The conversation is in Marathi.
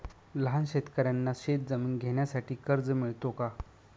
लहान शेतकऱ्यांना शेतजमीन घेण्यासाठी कर्ज मिळतो का?